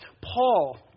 Paul